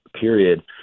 period